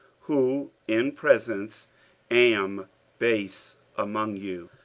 who in presence am base among you,